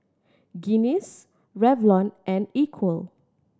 Guinness Revlon and Equal